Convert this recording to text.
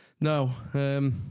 No